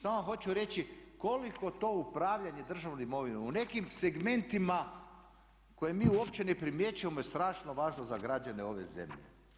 Samo hoću reći koliko to upravljanje državnom imovinom u nekim segmentima koje mi uopće ne primjećujemo je strašno važna za građane ove zemlje.